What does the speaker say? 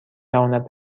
تواند